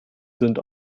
sind